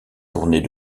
tournées